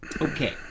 okay